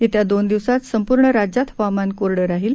येत्या दोन दिवसांत संपूर्ण राज्यात हवामान कोरडं राहील